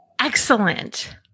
Excellent